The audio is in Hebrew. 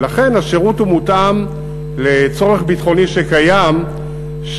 ולכן השירות מותאם לצורך ביטחוני שקיים,